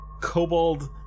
kobold